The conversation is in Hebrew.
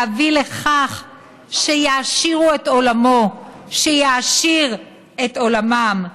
להביא לכך שיעשירו את עולמו, שיעשיר את עולמם,